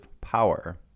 power